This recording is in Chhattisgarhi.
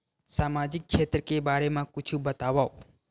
सामाजिक क्षेत्र के बारे मा कुछु बतावव?